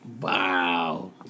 Wow